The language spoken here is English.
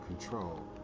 control